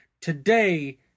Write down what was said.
Today